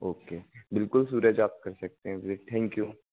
okay बिलकुल सूरज आप कर सकते है विजीट थैंकयू